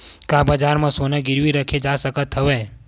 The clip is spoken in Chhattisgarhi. का बजार म सोना गिरवी रखे जा सकत हवय?